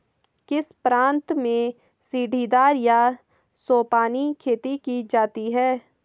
किस प्रांत में सीढ़ीदार या सोपानी खेती की जाती है?